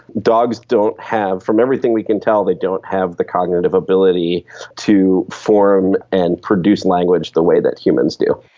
dogs don't have, from everything we can tell, they don't have the cognitive ability to form and produce language the way that humans do.